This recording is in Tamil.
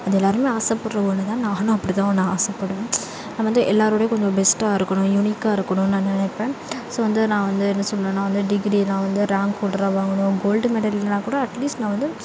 அது எல்லாருமே ஆசப்படற ஒன்று தான் நானும் அப்படி தான் ஒன்று ஆசைப்படுவேன் நான் வந்து எல்லாரோடேயும் கொஞ்சம் பெஸ்ட்டாக இருக்கணும் யூனிக்காக இருக்கணும் நான் நினைப்பேன் ஸோ வந்து நான் வந்து என்ன சொல்லணுனா வந்து டிகிரியலாம் வந்து ரேங்க் ஹோல்டராக வாங்கணும் கோல்டு மெடல் இல்லைன்னா கூட அட்லீஸ்ட் நான் வந்து